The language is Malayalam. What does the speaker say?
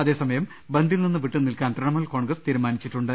അതേസമയം ബന്ദിൽ നിന്ന് വിട്ടുനിൽക്കാൻ തൃണമൂൽ കോൺഗ്രസ് തീരുമാനിച്ചിട്ടുണ്ട്